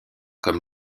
comme